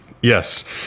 Yes